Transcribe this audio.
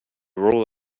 roll